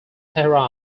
tehran